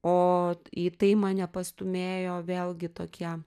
o į tai mane pastūmėjo vėlgi tokie